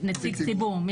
-- נציג ציבור.